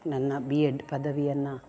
ನನ್ನ B Ed ಪದವಿಯನ್ನು